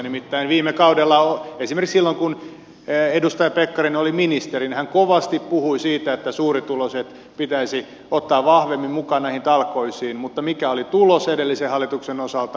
nimittäin viime kaudella esimerkiksi silloin kun edustaja pekkarinen oli ministerinä hän kovasti puhui siitä että suurituloiset pitäisi ottaa vahvemmin mukaan näihin talkoisiin mutta mikä oli tulos edellisen hallituksen osalta